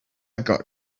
got